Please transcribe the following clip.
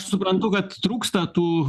suprantu kad trūksta tų